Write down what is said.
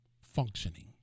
functioning